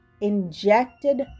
injected